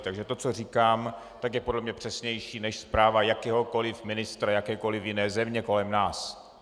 Takže to, co říkám, je podle mě přesnější než zpráva jakéhokoli ministra jakékoli jiné země kolem nás.